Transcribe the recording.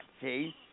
see